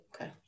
Okay